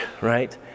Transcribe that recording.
right